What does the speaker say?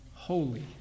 holy